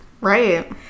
Right